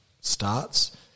starts